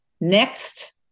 next